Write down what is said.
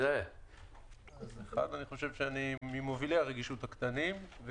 אני ממובילי הרגישות לקטנים,